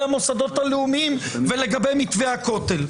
המוסדות הלאומיים ולגבי מתווה הכותל.